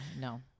No